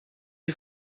you